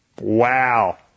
Wow